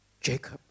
Jacob